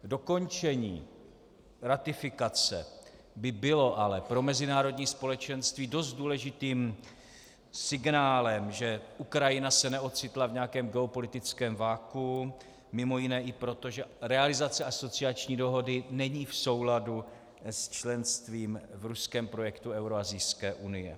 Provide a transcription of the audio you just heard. Dokončení ratifikace by bylo ale pro mezinárodní společenství dost důležitým signálem, že Ukrajina se neocitla v nějakém geopolitickém vakuu mimo jiné i proto, že realizace asociační dohody není v souladu s členstvím v ruském projektu Euroasijské unie.